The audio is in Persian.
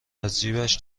ازجیبش